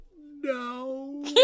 No